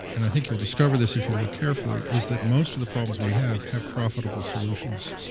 and i think you'll discover this if you look carefully, is that most of the problems we have have profitable solutions.